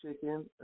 chicken